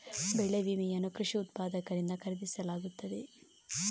ಬೆಳೆ ವಿಮೆಯನ್ನು ಕೃಷಿ ಉತ್ಪಾದಕರಿಂದ ಖರೀದಿಸಲಾಗುತ್ತದೆ